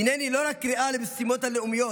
הינני היא לא קריאה רק למשימות הלאומיות.